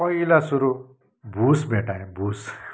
पहिला सुरु भुस भेट्टाएँ भुस